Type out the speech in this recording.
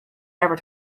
ever